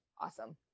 Awesome